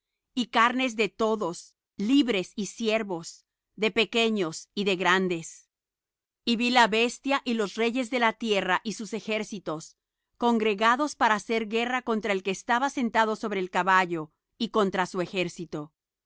y carnes de todos libres y siervos de pequeños y de grandes y vi la bestia y los reyes de la tierra y sus ejércitos congregados para hacer guerra contra el que estaba sentado sobre el caballo y contra su ejército